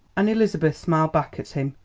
and elizabeth smiled back at him,